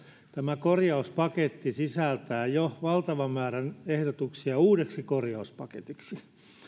tämä korjauspaketti sisältää jo valtavan määrän ehdotuksia uudeksi korjauspaketiksi